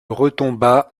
retomba